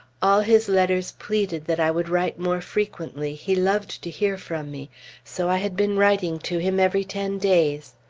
all his letters pleaded that i would write more frequently he loved to hear from me so i had been writing to him every ten days.